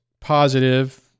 positive